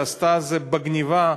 שעשתה את זה בגנבה,